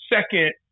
Second